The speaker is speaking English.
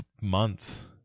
months